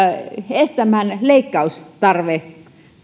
välttämään leikkaustarve